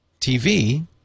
TV